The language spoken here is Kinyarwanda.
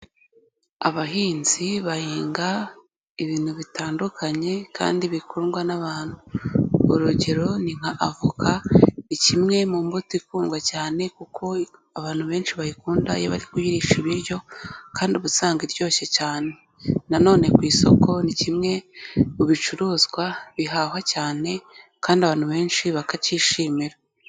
Abahinzi bahinga ibintu bitandukanye kandi bikundwa n'abantu. Urugero ni nka avoka, ni kimwe mu mbuto ikundwa cyane kuko abantu benshi bayikunda iyo bari guhirisha ibiryo, kandi ubusanzwe iryoshye cyane. nanone ku isoko ni kimwe mu bicuruzwa bihahwa cyane kandi abantu benshi bakacyishimira.